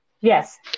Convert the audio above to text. Yes